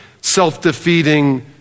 self-defeating